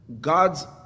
God's